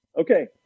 Okay